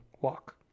walk